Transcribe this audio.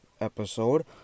episode